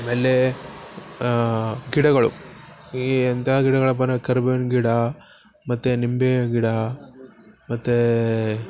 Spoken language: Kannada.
ಆಮೇಲೆ ಗಿಡಗಳು ಈ ಎಂಥ ಗಿಡಗಳಪ್ಪ ಕರಿಬೇವಿನ ಗಿಡ ಮತ್ತು ನಿಂಬೆಯ ಗಿಡ ಮತ್ತೆ